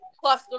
Plus